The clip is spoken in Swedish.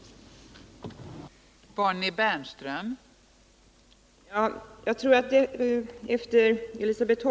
Varför gör statsrådet inte det?